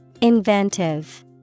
Inventive